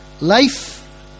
life